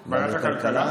אז ועדת הכלכלה.